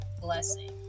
blessing